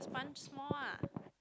the sponge small ah